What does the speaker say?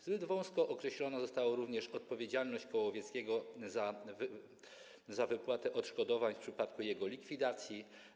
Zbyt wąsko określona została również odpowiedzialność koła łowieckiego za wypłatę odszkodowań w przypadku jego likwidacji.